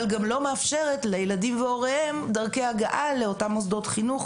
אבל גם לא מאפשרת לילדים והוריהם דרכי הגעה לאותם מוסדות חינוך,